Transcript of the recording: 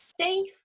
safe